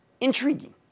Intriguing